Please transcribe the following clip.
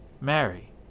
Mary